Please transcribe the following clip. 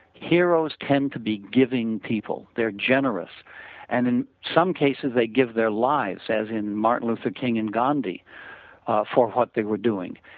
heroes tend to be giving people. they are generous and in some cases they give their lives as in martin luther king and gandhi for what they were doing.